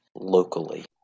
locally